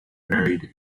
buried